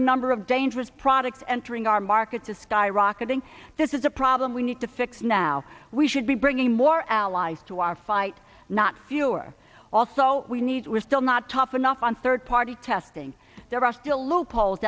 the number of dangerous product entering our market to skyrocketing this is a problem we need to fix now we should be bringing more allies to our fight not fewer also we need we're still not tough enough on third party testing there are still lo